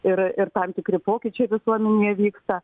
ir ir tam tikri pokyčiai visuomenėje vyksta